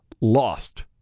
lost